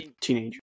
teenager